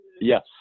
Yes